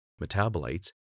metabolites